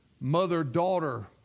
mother-daughter